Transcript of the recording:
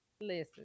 Listen